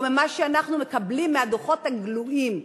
ממה שאנחנו מקבלים מהדוחות הגלויים.